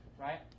right